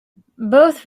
both